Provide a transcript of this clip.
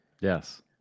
Yes